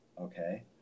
okay